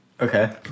Okay